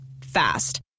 Fast